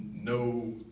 no